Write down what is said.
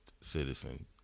citizen